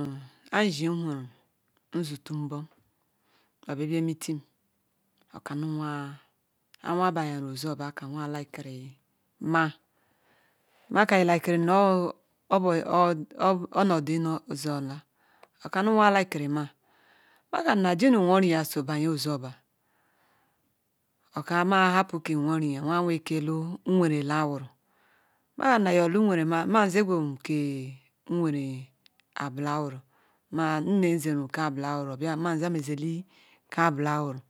awuya lilie ma. meka ukarorum nu onodi zilola oka nu wa likey ma. ma kama jinu nwo rya so bia ozuoba oka ma happu ke nwo riga nu awiya weru ike hu nwere haru meka nyeo hu wwee laru mia zegum ke ebilaru ma nmem zeru kzebi laru ma zumezele ke abilaru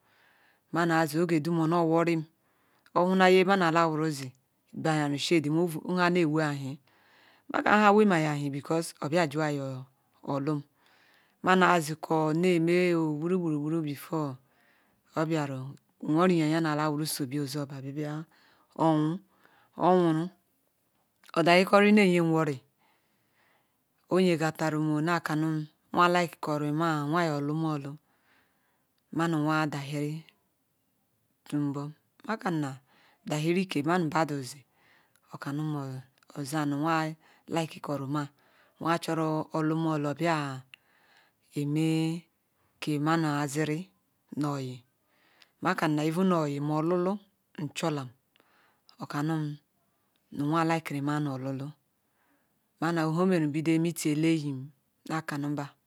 mana zi ogedum onoroo rrum orhuna nipmana laru zi balian shederm ovu ne wem hie mela nha wemonn because obiajuwa yorlum moma ziko ne me binobaro biro brfore oblara wonya yanuya sobia o zabia bia wu oburu owara odazi koririm ire ejemi wori ompga tenem nakanum Awiya likekerem ma awaja yor lu molu manu wa ya dayi nri mekanna na ihiri kam manu bedu zi okanu awaja wizrriri ma nu tuga olumuju ka muya ziri nu oya nkanura even mo oyi mo olulu cholam okanem nu wa ware ma nu olulu nha omeru bidoo emati eh zyim na kanu ba